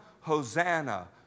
Hosanna